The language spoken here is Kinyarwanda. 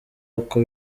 uko